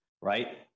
right